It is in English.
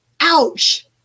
Ouch